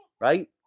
right